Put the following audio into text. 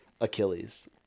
Achilles